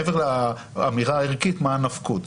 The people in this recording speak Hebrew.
מעבר לאמירה הערכית מה הנפקות.